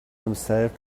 himself